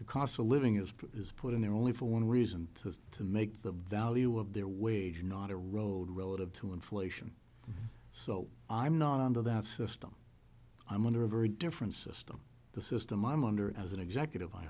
the cost of living is is put in there only for one reason to to make the value of their wage not erode relative to inflation so i'm not under that system i'm under a very different system the system i'm under as an executive i